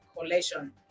collection